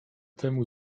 temu